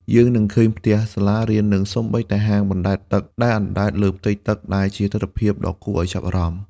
យើងនឹងឃើញផ្ទះ សាលារៀន និងសូម្បីតែហាងបណ្តែតទឹកដែលអណ្តែតលើផ្ទៃទឹក ដែលជាទិដ្ឋភាពដ៏គួរឱ្យចាប់អារម្មណ៍។